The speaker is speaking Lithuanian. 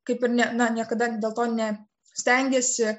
kaip ir ne na niekada dėl to ne stengiasi